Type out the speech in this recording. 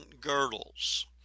girdles